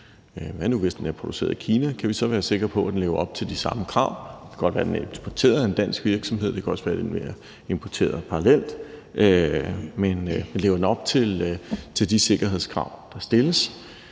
Hvad nu, hvis den er produceret i Kina? Kan vi så være sikre på, at den lever op til de samme krav? Det kan godt være, at den er importeret af en dansk virksomhed. Det kan også være, at den er importeret parallelt, men lever den op til de sikkerhedskrav, der stilles?